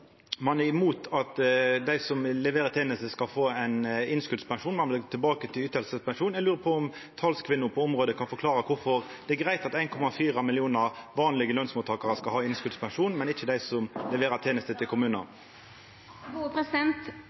Ein er imot at dei som leverer tenestene, skal få innskotspensjon. Ein vil tilbake til ytingspensjon. Eg lurer på om talskvinna på området kan forklara kvifor det er greitt at 1,4 millionar vanlege lønsmottakarar skal ha innskotspensjon , men ikkje dei som leverer tenester til